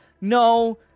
no